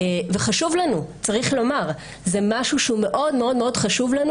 וחשוב לנו צריך לומר: זה משהו שהוא מאוד מאוד מאוד חשוב לנו